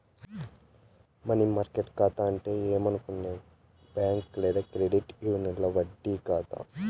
money market కాతా అంటే ఏందనుకునేవు బ్యాంక్ లేదా క్రెడిట్ యూనియన్ల వడ్డీ బేరింగ్ కాతా